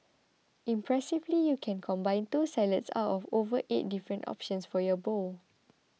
impressively you can combine two salads out of over eight different options for your bowl